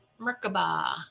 Merkaba